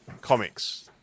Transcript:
comics